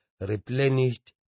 replenished